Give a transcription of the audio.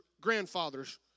grandfather's